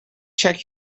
check